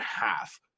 half